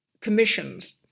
commissions